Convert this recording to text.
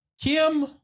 Kim